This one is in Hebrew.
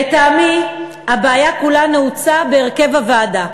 לטעמי, הבעיה נעוצה בחברי הוועדה: